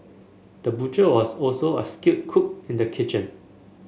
the butcher was also a skilled cook in the kitchen